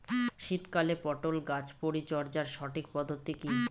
শীতকালে পটল গাছ পরিচর্যার সঠিক পদ্ধতি কী?